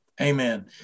Amen